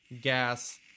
gas